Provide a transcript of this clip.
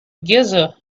giza